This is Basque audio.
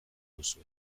duzu